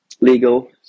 legal